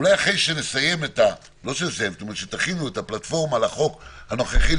אולי אחרי שתכינו את הפלטפורמה לחוק הנוכחי,